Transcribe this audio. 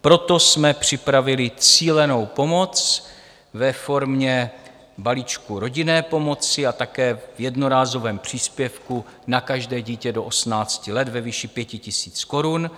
Proto jsme připravili cílenou pomoc ve formě balíčku rodinné pomoci a také jednorázového příspěvku na každé dítě do 18 let ve výši 5 000 korun.